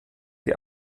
die